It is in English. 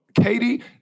Katie